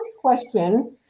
question